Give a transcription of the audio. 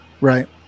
Right